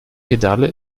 pedale